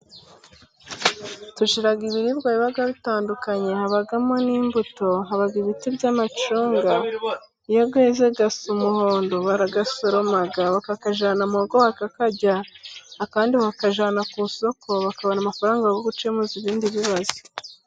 Tugira ibiribwa biba bitandukanye, habamo n'imbuto haba ibiti by'amacunga iyo iyo yeze asa umuhondo ,barayasoroma bakayajana mu rugo bakayajya ,ayandi bakajyana ku isoko, bakabona amafaranga yo gukemuza ibindi bibazo.